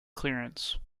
clearance